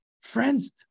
Friends